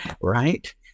right